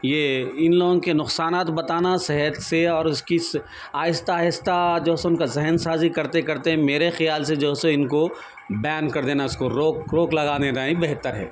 یہ ان لوگوں کے نقصانات بتانا صحت سے اور اس کی اس آہستہ آہستہ جو ہے سو ان کا ذہن سازی کرتے کرتے میرے خیال سے جو ہے سو ان كو بين كر دينا اس كو روک روک لگا دينا ہی بہتر ہے